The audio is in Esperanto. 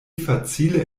facile